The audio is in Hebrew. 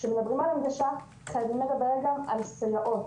כשמדברים על הנגשה חייבים לדבר גם על סייעות.